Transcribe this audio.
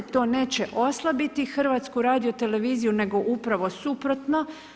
To neće oslabiti HRT, nego upravo suprotno.